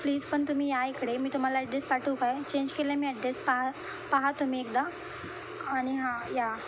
please पण तुम्ही या इकडे मी तुम्हाला ॲड्रेस पाठवू काय चेंज केला आहे मी ॲड्रेस पाहा पाहा तुम्ही एकदा आणि हां या